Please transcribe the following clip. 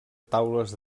taules